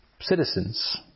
citizens